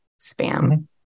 spam